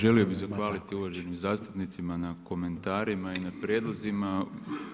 Želio bih zahvaliti uvaženim zastupnicima na komentarima i na prijedlozima,